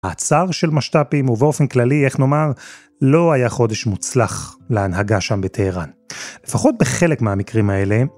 הצער של משתפ"ים ובאופן כללי איך נאמר לא היה חודש מוצלח להנהגה שם בטהרן לפחות בחלק מהמקרים האלה.